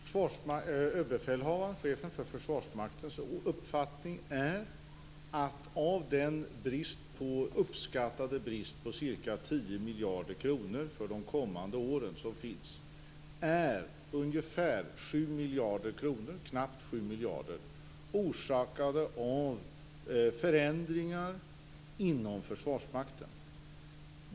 Fru talman! Överbefälhavarens - chefen för Försvarsmakten - uppfattning är att knappt 7 miljarder kronor av den uppskattade bristen på ca 10 miljarder kronor för de kommande åren är orsakade av förändringar inom Försvarsmakten.